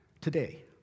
today